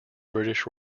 british